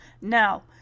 Now